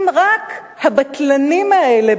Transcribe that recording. אם רק הבטלנים האלה,